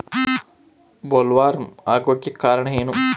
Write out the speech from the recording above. Bollworm ಆಗೋಕೆ ಕಾರಣ ಏನು?